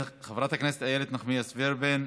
חברת הכנסת איילת נחמיאס ורבין,